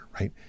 Right